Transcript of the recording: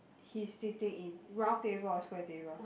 he's sitting in round table or square table